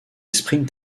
sprint